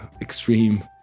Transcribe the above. extreme